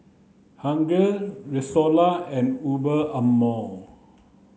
Huggy Rexona and Under Armour